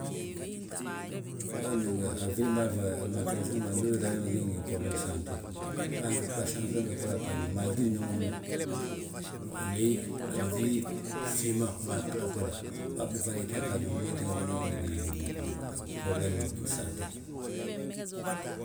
Bâan bége, a filim bâan fo, alimantasiyon bâan, ndu ubiiŧa biñaŋ ma ngingi broblem sante sanseman de bblaa gaaji ma, mal tidi biñaŋ ma nwomi, uléey, alùŧi, siimaŋ bblaa bwoda, fariyet aa ggaji ma wima tinga biñaŋ ma ngiti broblem saante.